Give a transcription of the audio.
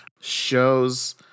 shows